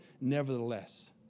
nevertheless